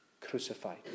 crucified